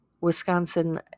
Wisconsin